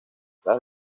las